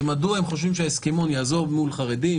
ומדוע הם חושבים שההסכמון יעזור מול חרדים,